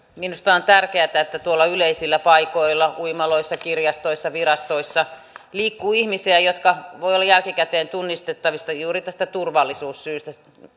minusta on tärkeätä että tuolla yleisillä paikoilla uimaloissa kirjastoissa virastoissa liikkuu ihmisiä jotka voivat olla jälkikäteen tunnistettavissa juuri tästä turvallisuussyystä